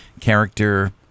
character